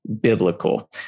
biblical